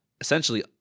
essentially